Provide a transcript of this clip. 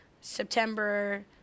September